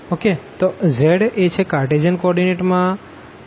તો z એ છે જે કારટેઝિયન કો ઓર્ડીનેટ મા હતું